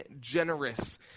generous